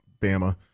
Bama